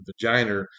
vagina